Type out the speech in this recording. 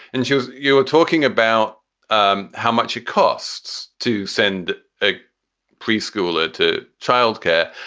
and she was you were talking about um how much it costs to send a preschooler to childcare.